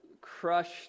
crushed